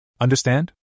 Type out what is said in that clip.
Understand